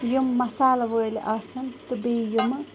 یِم مَسالہٕ وٲلۍ آسَن تہٕ بیٚیہِ یِمہٕ